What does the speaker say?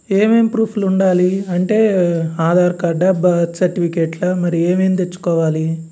ఏమేం ప్రూఫ్లు ఉండాలి అంటే ఆధార్ కార్డా బర్త్ సర్టిఫికేట్లా మరి ఏమేం తెచ్చుకోవాలి